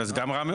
אז גם רע מאוד.